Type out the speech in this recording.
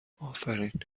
آفرین